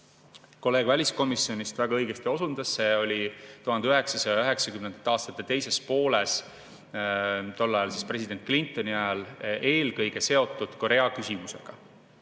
kolleeg väliskomisjonist väga õigesti osundas, see oli 1990. aastate teises pooles, tollase presidendi Clintoni ajal, eelkõige oli see seotud Korea küsimusega.